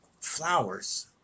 flowers